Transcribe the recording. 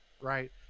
Right